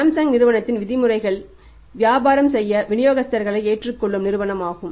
Samsung நிறுவனத்தின் விதிமுறைகள் வியாபாரம் செய்ய விநியோகஸ்தர்களை ஏற்றுக் கொள்ளும் நிறுவனமாகும்